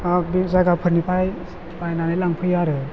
जायगाफोरनिफ्राय बायनानै लांफैयो आरो